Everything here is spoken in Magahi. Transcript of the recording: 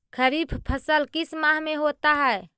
खरिफ फसल किस माह में होता है?